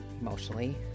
emotionally